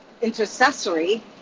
intercessory